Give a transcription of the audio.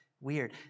weird